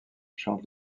chante